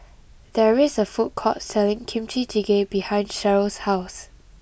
there is a food court selling Kimchi Jjigae behind Sheryll's house